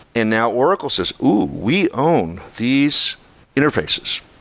and now oracle says, ooh! we own these interfaces,